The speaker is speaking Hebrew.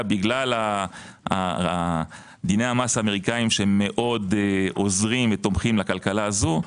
בגלל דיני המס האמריקאיים שמאוד עוזרים ותומכים לכלכלה הזו,